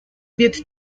wird